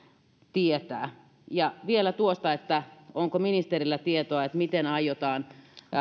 tietää vielä siitä onko ministerillä tietoa miten aiotaan